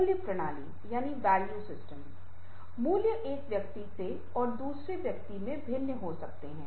मूल्य प्रणाली मूल्य एक व्यक्ति से और दूसरे व्यक्ति में भिन्न हो सकते हैं